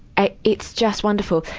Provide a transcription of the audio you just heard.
ah it's just wonderful.